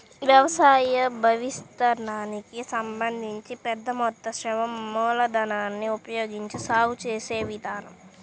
వ్యవసాయ భూవిస్తీర్ణానికి సంబంధించి పెద్ద మొత్తం శ్రమ మూలధనాన్ని ఉపయోగించి సాగు చేసే విధానం